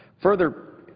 further,